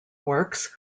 works